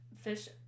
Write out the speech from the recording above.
Fish